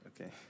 Okay